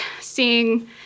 seeing